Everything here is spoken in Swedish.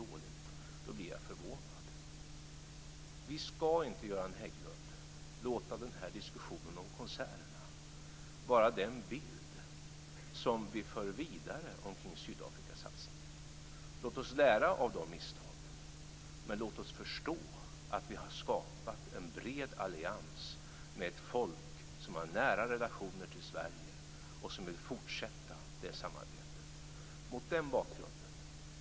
Vi ska inte, Göran Hägglund, låta diskussionen om konserterna vara den bild som vi för vidare omkring Sydafrikasatsningen. Låt oss lära av de misstagen men låt oss också förstå att vi har skapat en bred allians med ett folk som har nära relationer till Sverige och som vill fortsätta det samarbetet.